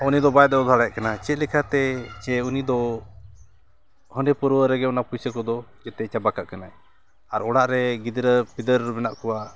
ᱩᱱᱤᱫᱚ ᱵᱟᱭ ᱫᱟᱹᱲ ᱫᱟᱲᱮᱭᱟᱫ ᱠᱟᱱᱟ ᱪᱮᱫ ᱞᱮᱠᱟᱛᱮ ᱡᱮ ᱩᱱᱤᱫᱚ ᱦᱟᱺᱰᱤ ᱯᱟᱹᱨᱣᱟᱹ ᱨᱮᱜᱮ ᱚᱱᱟ ᱯᱚᱭᱥᱟᱹ ᱠᱚᱫᱚ ᱡᱚᱛᱚ ᱪᱟᱵᱟ ᱠᱟᱜ ᱠᱟᱱᱟ ᱟᱨ ᱚᱲᱟᱜ ᱨᱮ ᱜᱤᱫᱽᱨᱟᱹ ᱯᱤᱫᱟᱹᱨ ᱢᱮᱱᱟᱜ ᱠᱚᱣᱟ